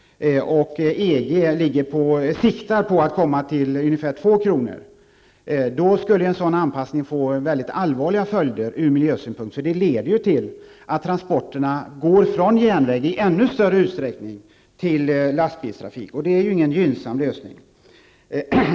Inom EG siktar man på en kostnad på ungefär 2 kr. per liter. En sådan anpassning skulle i så fall få mycket allvarliga följder ur miljösynpunkt. Det kommer att leda till att transporterna i ännu större utsträckning går från järnväg till lastbilstrafik, och det är ingen gynnsam lösning.